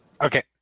Okay